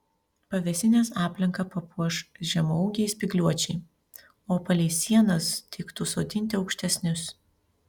pavėsinės aplinką papuoš žemaūgiai spygliuočiai o palei sienas tiktų sodinti aukštesnius